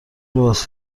لباس